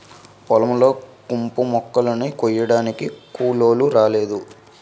పొలం లో కంపుమొక్కలని కొయ్యడానికి కూలోలు రాలేదు